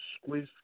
squeeze